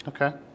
Okay